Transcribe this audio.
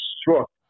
struck